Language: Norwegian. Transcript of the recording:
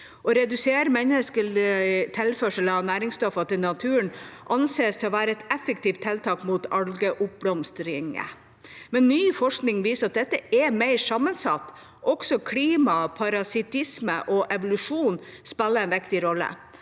Å redusere menneskelig tilførsel av næringsstoffer til naturen anses å være et effektivt tiltak mot algeoppblomstring, men ny forskning viser at dette er mer sammensatt. Også klima, parasittisme og evolusjon spiller en viktig rolle.